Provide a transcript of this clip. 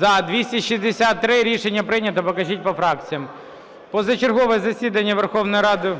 За-263 Рішення прийнято. Покажіть по фракціях. Позачергове засідання Верховної Ради…